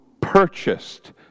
purchased